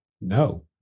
No